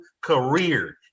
career